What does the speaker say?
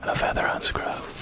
ah feather on scruff.